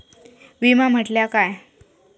विमा म्हटल्या काय?